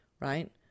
right